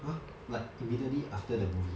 !huh! like immediately after the movie ah